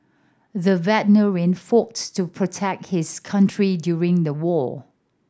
the fought to protect his country during the war